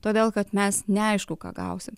todėl kad mes neaišku ką gausim